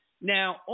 Now